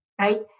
right